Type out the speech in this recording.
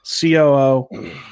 COO